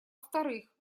вторых